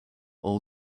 all